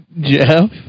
Jeff